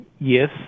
Yes